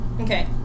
Okay